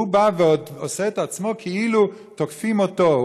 והוא בא ועושה את עצמו כאילו תוקפים אותו.